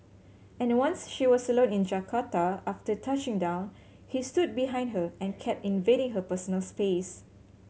and once she was alone in Jakarta after touching down he stood behind her and kept invading her personal space